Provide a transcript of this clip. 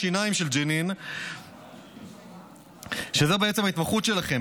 השיניים של ג'נין שזו בעצם ההתמחות שלכם.